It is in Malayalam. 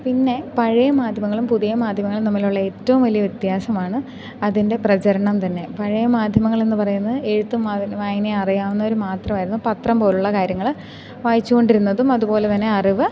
പിന്നെ പഴയ മാധ്യമങ്ങളും പുതിയ മാധ്യമങ്ങളും തമ്മിലുള്ള ഏറ്റവും വലിയ വ്യത്യാസമാണ് അതിൻ്റെ പ്രചരണം തന്നെ പഴയ മാധ്യമങ്ങളെന്ന് പറയുന്നത് എഴുത്തും വായന വായനയും അറിയാവുന്നവർ മാത്രമായിരുന്നു പത്രം പോലെയുള്ള കാര്യങ്ങൾ വായിച്ചു കൊണ്ടിരുന്നതും അതു പോലെ തന്നെ അറിവ്